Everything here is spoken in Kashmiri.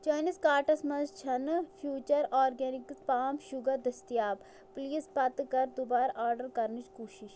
چٲنِس کارٹَس مَنٛز چھَنہٕ فیوٗچر آرگٮ۪نِکٕس پام شُگر دٔسیتاب پٕلیٖز پتہٕ کر دُبارٕ آرڈر کرنٕچ کوٗشش